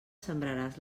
sembraràs